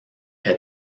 est